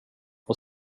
och